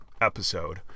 episode